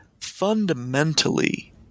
fundamentally